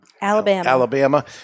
Alabama